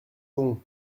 non